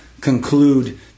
conclude